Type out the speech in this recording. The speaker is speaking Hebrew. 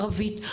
ערבית,